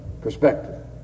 perspective